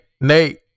Nate